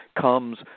comes